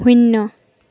শূন্য